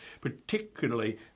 particularly